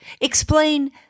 Explain